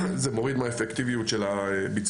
זה מוריד מהאפקטיביות של הביצוע.